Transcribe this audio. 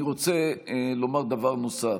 אני רוצה לומר דבר נוסף.